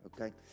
Okay